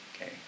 okay